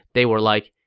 they were like,